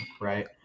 Right